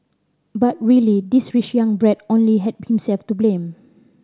but really this rich young brat only had himself to blame